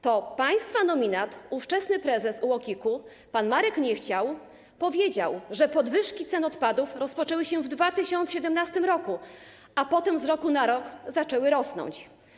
To państwa nominat, ówczesny prezes UOKiK pan Marek Niechciał powiedział, że podwyżki cen odpadów rozpoczęły się w 2017 r., a potem z roku na rok ceny zaczęły rosnąć.